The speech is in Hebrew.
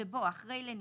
ובו, אחרי "לניכוי"